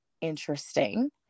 interesting